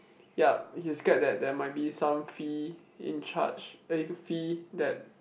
yup he's scared that there might be some fee in charge eh fee that